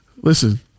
listen